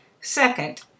second